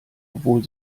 obwohl